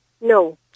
No